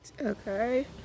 okay